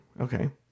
Okay